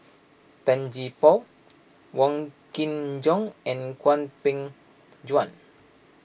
Tan Gee Paw Wong Kin Jong and Hwang Peng Yuan